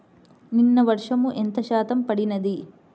నిన్న వర్షము ఎంత శాతము పడినది?